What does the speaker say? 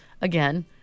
again